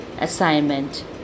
assignment